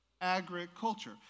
Agriculture